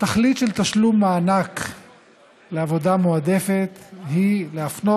התכלית של תשלום מענק עבודה מועדפת היא להפנות